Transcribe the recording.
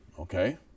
Okay